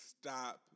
stop